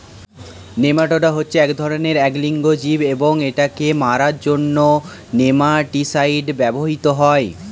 nematoda হচ্ছে এক ধরণের এক লিঙ্গ জীব এবং এটাকে মারার জন্য নেমাটিসাইড ব্যবহৃত হয়